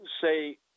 say